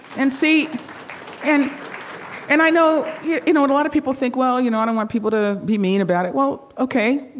and see and and i know, you you know, and a lot of people think, well, you know, i don't want people to be mean about it. well, ok.